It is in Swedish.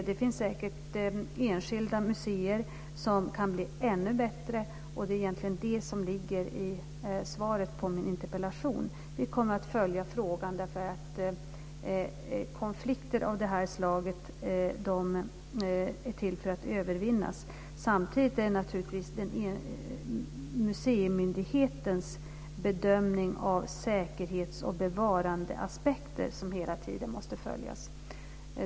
Det finns säkert enskilda museer som kan bli ännu bättre, och det är egentligen det som ligger i svaret på interpellationen. Vi kommer att följa frågan. Konflikter av det här slaget är till för att övervinnas. Samtidigt måste naturligtvis museimyndighetens bedömning av säkerhets och bevarandeaspekter följas.